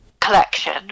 collection